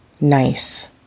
nice